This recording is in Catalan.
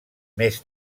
més